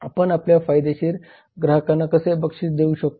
आपण आपल्या फायदेशीर ग्राहकांना कसे बक्षीस देऊ शकतो